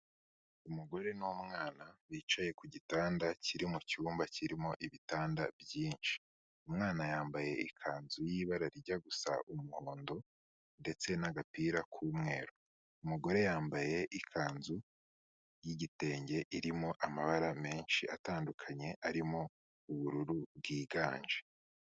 Umugore n'umwana bicaye ku gitanda kiri mucyumba kirimo ibitanda byinshi, umwana yambaye ikanzu y'ibara rijya gusa umuhondo ndetse n'agapira k'umweru, umugore yambaye ikanzu yigitenge irimo amabara menshi atandukanye arimo ubururu bwiganje.